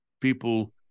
people